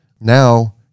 Now